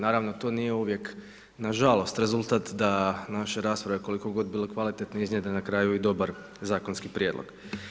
Naravno to nije uvijek na žalost rezultat da naše rasprave koliko god budu kvalitetne iznjedre na kraju i dobar zakonski prijedlog.